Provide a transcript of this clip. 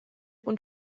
und